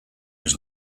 was